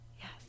Yes